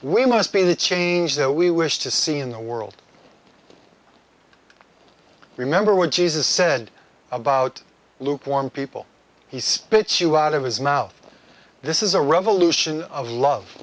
we must be the change that we wish to see in the world remember when jesus said about luke warm people he spits you out of his mouth this is a revolution of love